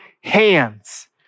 hands